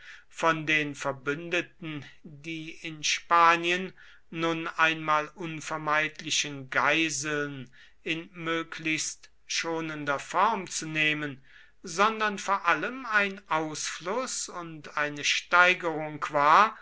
von den verbündeten die in spanien nun einmal unvermeidlichen geiseln in möglichst schonender form zu nehmen sondern vor allem ein ausfluß und eine steigerung war